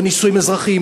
לא נישואים אזרחיים,